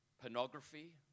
pornography